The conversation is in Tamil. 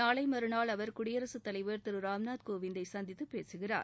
நாளை மறுநாள் அவர் குடியரசுத்தலைவர் திரு ராம்நாத் கோவிந்ததை சந்தித்து பேசுகிறார்